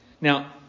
Now